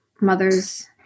Mothers